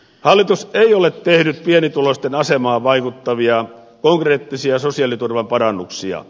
hallitus ei ole tehnyt pienituloisten asemaan vaikuttavia konkreettisia sosiaaliturvan parannuksia